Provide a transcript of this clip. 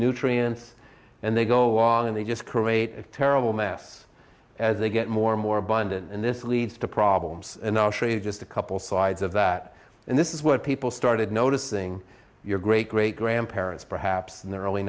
nutrients and they go on and they just create a terrible mess as they get more and more abundant and this leads to problems and i'll show you just a couple sides of that and this is what people started noticing your great great grandparents perhaps in their early